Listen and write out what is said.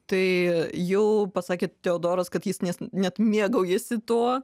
tai jau pasakė teodoras kad jis net mėgaujasi tuo